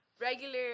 regular